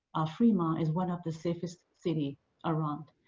our fremont is one of the safest city around,